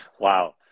Wow